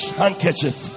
handkerchief